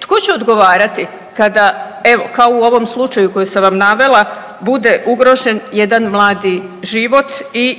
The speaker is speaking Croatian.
tko će odgovarati kada evo kao u ovom slučaju koji sam vam navela bude ugrožen jedan mladi život i